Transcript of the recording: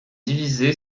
divisé